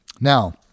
Now